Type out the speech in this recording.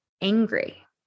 angry